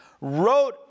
wrote